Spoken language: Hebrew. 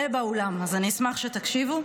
אז אני אשמח שתקשיבו.